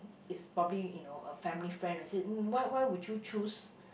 is probably you know a family friend will say why why would you choose